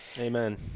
Amen